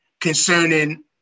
concerning